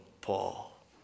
Paul